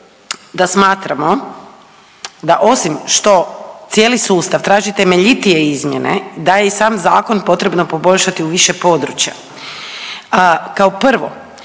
da smatramo da osim što cijeli sustav traži temeljitije izmjene, da je i sam Zakon potrebno poboljšati u više područja, kao prvo,